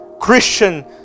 Christian